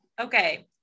okay